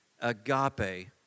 Agape